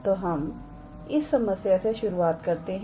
तो हम इस समस्या से शुरुआत करते हैं